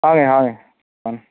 ꯍꯥꯡꯉꯦ ꯍꯥꯡꯉꯦ ꯎꯝ